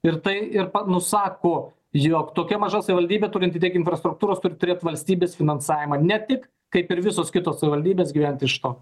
ir tai ir nusako jog tokia maža savivaldybė turinti tiek infrastruktūros ir turi valstybės finansavimą ne tik kaip ir visos kitos savivaldybės gyvent iš to